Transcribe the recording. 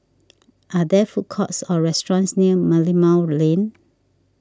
are there food courts or restaurants near Merlimau Lane